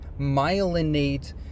myelinate